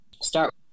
start